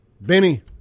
Benny